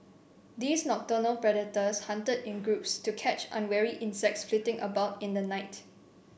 these nocturnal predators hunted in groups to catch unwary insects flitting about in the night